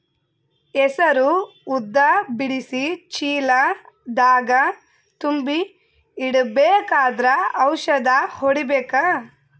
ಹೆಸರು ಉದ್ದ ಬಿಡಿಸಿ ಚೀಲ ದಾಗ್ ತುಂಬಿ ಇಡ್ಬೇಕಾದ್ರ ಔಷದ ಹೊಡಿಬೇಕ?